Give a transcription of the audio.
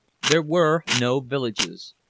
there were no villages.